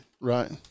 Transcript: Right